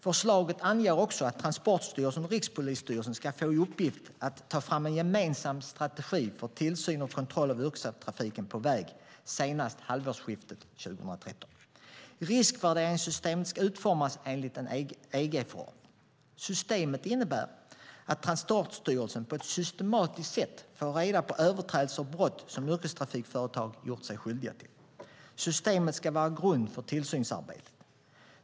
Förslaget anger också att Transportstyrelsen och Rikspolisstyrelsen ska få i uppgift att ta fram en gemensam strategi för tillsyn och kontroll av yrkestrafiken på väg senast till halvårsskiftet 2013. Riskvärderingssystemet ska utformas enligt en EG-förordning. Systemet innebär att Transportstyrelsen på ett systematiskt sätt får reda på överträdelser och brott som yrkestrafikföretag gjort sig skyldiga till. Systemet ska vara en grund för tillsynsarbetet.